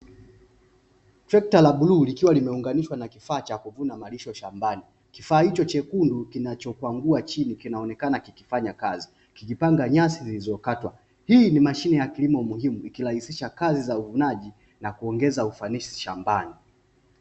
Trekta la bluu likiwa limeunganishwa na kifaa cha kuvuna malisho shambani, kifaa hicho chekundu kinachokwangua chini kinaonekana kikifanya kazi, kikipanga nyasi vizuri zilizokatwa, hii ni mashine ya kilimo muhimu ikirahisisha kazi ya uvunaji na kuongeza ufanisi shambani.